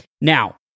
now